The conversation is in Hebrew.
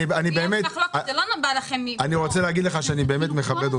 אני באמת מכבד אותך.